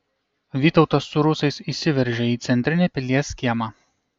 vytautas su rusais įsiveržia į centrinį pilies kiemą